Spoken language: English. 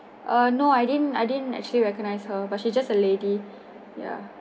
uh no I didn't I didn't actually recognise her but she is just a lady ya